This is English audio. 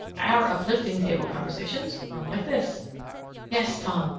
our uplifting table conversations run like this yes, tom,